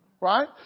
right